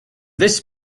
this